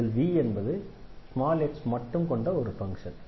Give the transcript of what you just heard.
இதில் V என்பது x மட்டும் கொண்ட ஒரு ஃபங்ஷன்